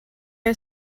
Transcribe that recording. are